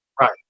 right